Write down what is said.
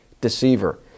deceiver